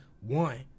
One